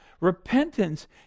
repentance